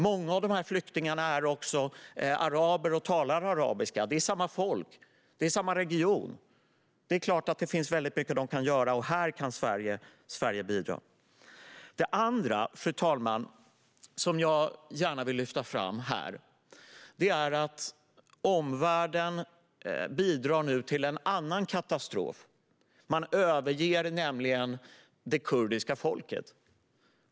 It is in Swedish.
Många av flyktingarna är araber och talar arabiska. Det är samma folk. Det är samma region. Det är klart att det finns mycket som dessa stater kan göra. Här kan Sverige bidra. Fru talman! Det finns en annan sak som jag gärna vill lyfta fram här. Omvärlden bidrar nu till en annan katastrof. Man överger nämligen det kurdiska folket.